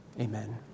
amen